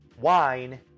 wine